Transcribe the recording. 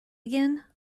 again